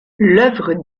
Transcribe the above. l’œuvre